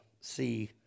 see